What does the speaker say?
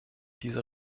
diese